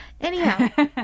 Anyhow